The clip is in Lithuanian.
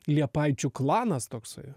liepaičių klanas toksai